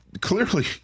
clearly